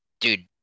dude